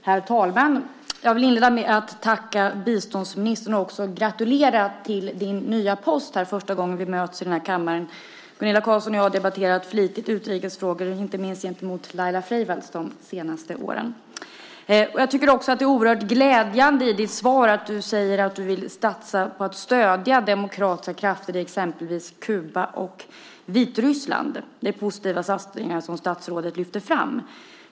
Herr talman! Jag vill inleda med att tacka biståndsministern och gratulera henne till sin nya post. Gunilla Carlsson och jag har debatterat flitigt i utrikesfrågor här i kammaren de senaste åren, inte minst mot Laila Freivalds. Det är också glädjande att du i svaret säger att du vill satsa på att stödja demokratiska krafter i exempelvis Kuba och Vitryssland. Det är positiva satsningar som lyfts fram.